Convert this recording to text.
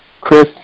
Chris